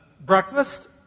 breakfast